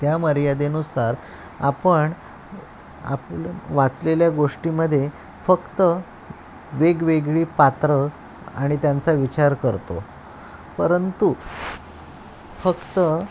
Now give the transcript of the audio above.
त्या मर्यादेनुसार आपण आप वाचलेल्या गोष्टीमध्ये फक्त वेगवेगळी पात्रं आणि त्यांचा विचार करतो परंतु फक्त